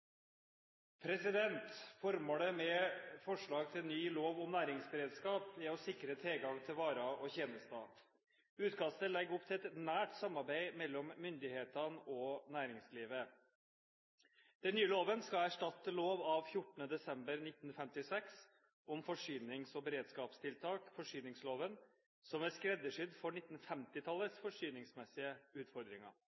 å sikre tilgangen til varer og tjenester. Utkastet legger opp til et nært samarbeid mellom myndighetene og næringslivet. Den nye loven skal erstatte lov av 14. desember 1956 om forsynings- og beredskapstiltak – forsyningsloven – som er skreddersydd for